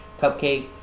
Cupcake